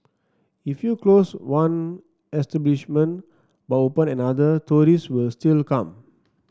if you close one establishment but open another tourist will still come